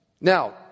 Now